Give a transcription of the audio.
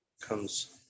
comes